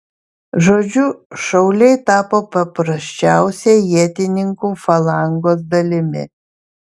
žodžiu šauliai tapo paprasčiausia ietininkų falangos dalimi